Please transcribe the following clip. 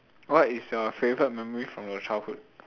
what is your favourite memory from your childhood